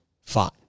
fine